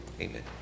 Amen